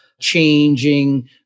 changing